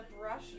brush